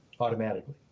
automatically